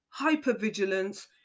hypervigilance